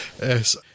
Yes